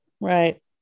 Right